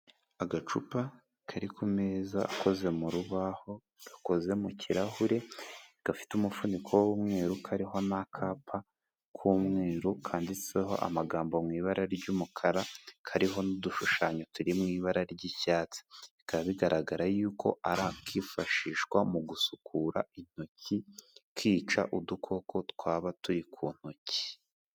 Agacupa kari ku meza akoze mu rubaho, gakoze mu kirahure, gafite umufuniko w'umweru, kariho n'akapa k'umweru kanditseho amagambo mu ibara ry'umukara, kariho n'udushushanyo turi mu ibara ry'icyatsi. Bikaba bigaragara yuko ari akifashishwa mu gusukura intoki, kica udukoko twaba turi ku ntoki.